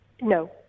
No